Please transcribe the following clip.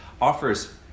offers